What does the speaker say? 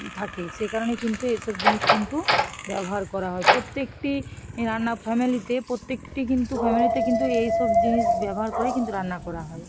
থাকে সে কারণে কিন্তু এসব জিনিস কিন্তু ব্যবহার করা হয় প্রত্যেকটি রান্না ফ্যামেলিতে প্রত্যেকটি কিন্তু ফ্যামেলিতে কিন্তু এইসব জিনিস ব্যবহার করেই কিন্তু রান্না করা হয়